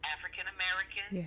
African-American